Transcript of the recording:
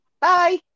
Bye